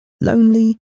Lonely